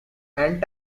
and